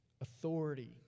authority